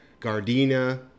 Gardena